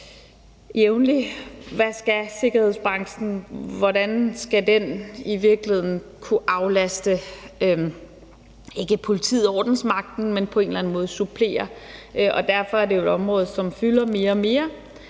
hvad sikkerhedsbranchen skal: Hvordan skal den i virkeligheden kunne ikke aflaste politiet og ordensmagten, men på en måde supplere? Derfor er det jo et område, som fylder mere og mere,